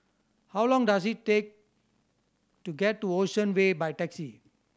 how long does it take to get to Ocean Way by taxi